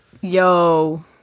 Yo